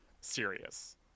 serious